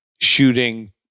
shooting